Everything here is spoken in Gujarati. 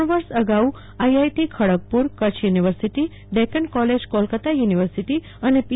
ત્રણ વર્ષ અગાઉ IIT Kharagpur Kutch university Deccan college Calcutta university અને પી